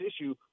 issue